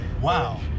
Wow